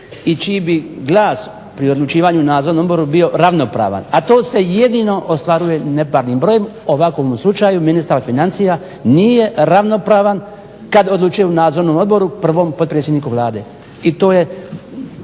i čiji bi glas pri odlučivanju u nadzornom odboru bio ravnopravan, a to se jedino ostvaruje neparnim brojem. U ovakvom slučaju ministar financija nije ravnopravan kada odlučuje u nadzornom odboru prvom potpredsjedniku Vlade i to je